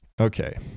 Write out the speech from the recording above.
Okay